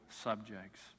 subjects